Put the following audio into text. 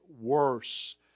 worse